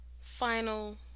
final